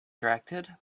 directed